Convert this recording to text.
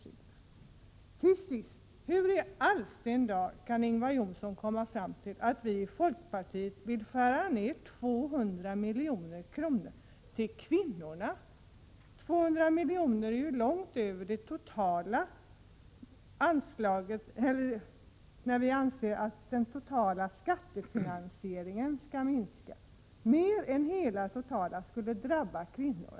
Till sist vill jag fråga hur i all sin dag Ingvar Johnsson kan komma fram till att vi i folkpartiet vill skära ned med 200 milj.kr. för kvinnorna när vi anser att den totala skattefinansieringen skall minska. Om det gällde mer än hela det beloppet skulle kvinnorna drabbas.